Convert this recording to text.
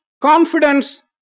confidence